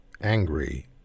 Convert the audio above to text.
angry